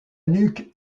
nuque